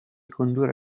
condurre